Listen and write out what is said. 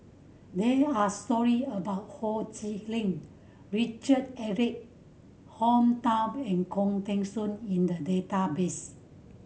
there are story about Ho Chee Lick Richard Eric Holttum and Khoo Teng Soon in the database